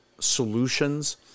solutions